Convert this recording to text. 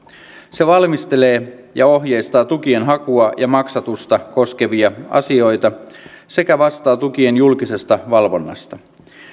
se valmistelee ja ohjeistaa tukien hakua ja maksatusta koskevia asioita sekä vastaa tukien julkisesta valvonnasta